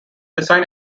design